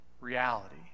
reality